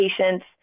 patients